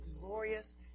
glorious